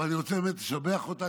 אבל אני רוצה באמת לשבח אותה,